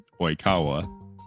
oikawa